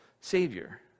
Savior